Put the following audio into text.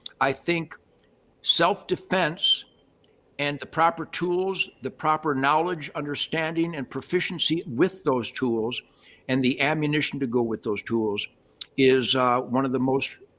i think self-defense and the proper tools, the proper knowledge, understanding and proficiency with those tools and the ammunition to go with those tools is one of the most